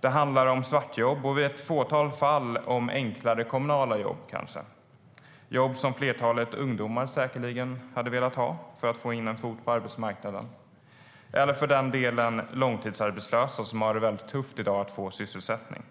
Det handlar om svartjobb och i ett fåtal fall om enklare kommunala jobb. Det är jobb som flertalet ungdomar säkerligen hade velat ha för att få en fot in på arbetsmarknaden, eller för den delen långtidsarbetslösa som i dag har det tufft att få sysselsättning.